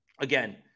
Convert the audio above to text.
again